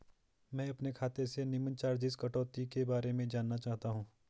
मैं अपने खाते से निम्न चार्जिज़ कटौती के बारे में जानना चाहता हूँ?